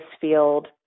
field